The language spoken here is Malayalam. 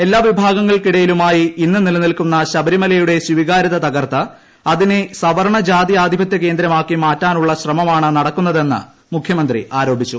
എല്ലാ വിഭാഗങ്ങൾക്കുമിടയിലായി ഇന്ന് നിലനിൽക്കുന്ന ശബരിമലയുടെ സ്വീകരൃത തകർത്ത് അതിനെ സവർണ ജാതി ആധിപത്യ കേന്ദ്രമാക്കി മാറ്റാനുള്ള ശ്രമമാണ് നടക്കുന്നതെന്ന് മുഖ്യമന്ത്രി ആരോപിച്ചു